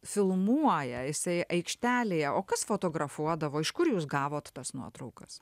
filmuoja jisai aikštelėje o kas fotografuodavo iš kur jūs gavot tas nuotraukas